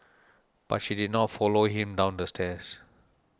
but she did not follow him down the stairs